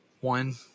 one